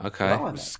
Okay